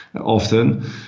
often